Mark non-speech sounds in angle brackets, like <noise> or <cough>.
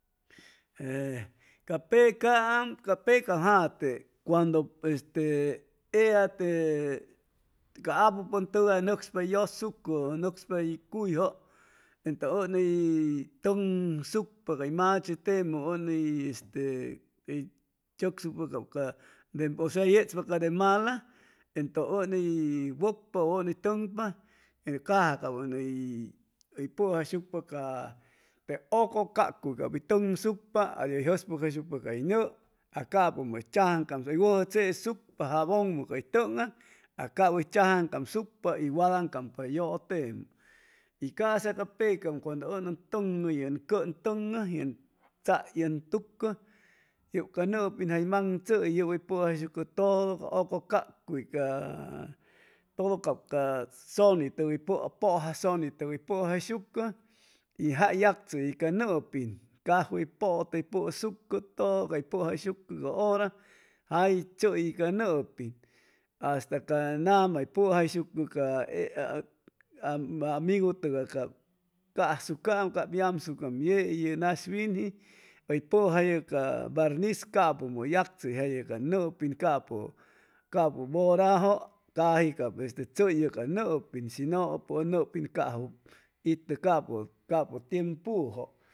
Ca pecaam ca pecam jate cuando este ella te ca apupʉntʉgay nʉcspa hʉy yʉsucʉ nʉcspa hʉy cuyjʉ entʉ ʉni tʉŋsucpa cay machetemʉ y este hʉy tzʉcsucpa cap ca de porsi yechpa ca de mala entʉʉni wʉcpa u ʉni tʉŋpa caja cap ʉni hʉy pʉjayshucpa ca te ʉcʉ cacuy cap hʉy tʉŋsucpa hʉy jʉspʉcjayshucpa cay nʉʉ a capʉmʉ hʉy chajaŋpa hʉy wʉjʉ chesucpa jabonmʉ cay tʉŋaŋ a cap hʉy tzajamcamsucpa y wadamcam a yʉtemʉ y ca'sa ca pecam cuando ʉn ʉn tʉnʉ yen kʉ ʉn tʉŋʉ chay ʉn tucʉ yʉpca nʉpin jay maŋchʉye yʉy hʉy pʉjayshucʉ todo ca ʉcʉcacuy ca ca todo cap ca sʉnipʉja <hesitation> hʉy pʉjayshucʉ y jay yagchʉyi ca nʉpin cafeypʉte hʉy pʉsucʉ todo hʉy pʉjayshucʉ ca hora jay chʉyi ca nʉpin hasta ca nama hʉy pʉjayshucʉ ca <hesitation> amigutʉgay casucaam cap yamucaam yei ye nas winji pey pʉjayʉ ca barnis capʉmʉ hʉy yagchʉyjayʉ ca nʉpin capʉ capʉbʉrajʉcaji cap este chʉyʉ ca nʉpin shi no ʉ nʉpin cajwʉ itʉ capʉ tiempujʉ